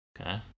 Okay